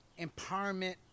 empowerment